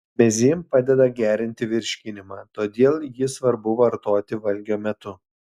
mezym padeda gerinti virškinimą todėl jį svarbu vartoti valgio metu